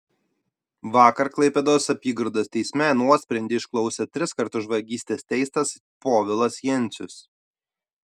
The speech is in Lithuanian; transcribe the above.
vakar klaipėdos apygardos teisme nuosprendį išklausė triskart už vagystes teistas povilas jencius